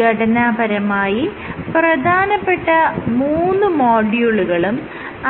ഘടനാപരമായി പ്രധാനപ്പെട്ട മൂന്ന് മോഡ്യൂളുകളും